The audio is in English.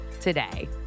today